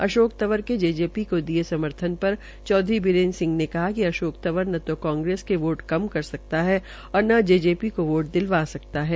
अशोक तंवर ने जेजेपी को दिये समर्थन पर चौधरी बीरेन्द्र सिंह ने कहा कि अशोक तंवर न तो कांग्रेस के वोट कम कर सकता है और न जेजेपी को वोट दिलवा सकता है